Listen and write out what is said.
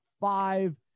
five